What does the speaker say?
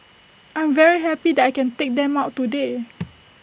I'm very happy that I can take them out today